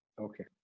Okay